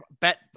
bet